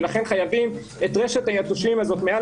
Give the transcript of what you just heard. לכן חייבים את רשת היתושים הזאת מעל